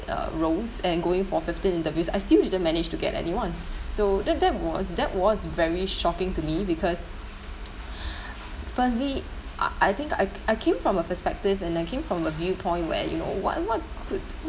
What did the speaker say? uh roles and going for fifteen interviews I still didn't manage to get any one so that that was that was very shocking to me because firstly I I think I I came from a perspective and I came from a viewpoint where you know wh~ what